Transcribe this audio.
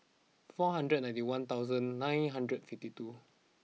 four hundred and ninety one thousand nine hundred and fifty two